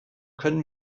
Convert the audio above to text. können